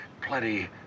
plenty